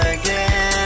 again